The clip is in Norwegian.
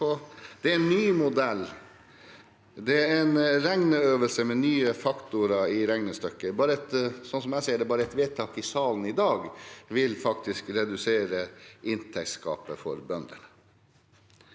Det er en ny modell. Det er en regneøvelse med nye faktorer i regnestykket. Slik jeg ser det, vil et vedtak i salen i dag faktisk redusere inntektsgapet for bønder.